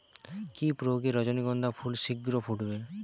কি প্রয়োগে রজনীগন্ধা ফুল শিঘ্র ফুটবে?